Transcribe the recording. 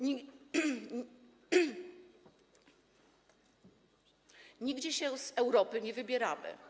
Nigdzie się z Europy nie wybieramy.